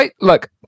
look